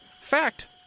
fact